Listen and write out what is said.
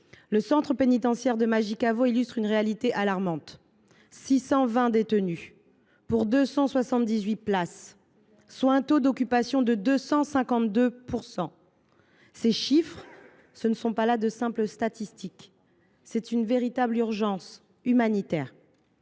Le centre pénitentiaire de Majicavo illustre une réalité alarmante : on y dénombre 620 détenus pour 278 places, soit un taux d’occupation de 252 %. Ces chiffres ne sont pas de simples statistiques. Ils révèlent une véritable urgence humanitaire.